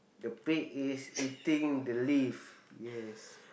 the pig is eating the leaf yes